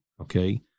okay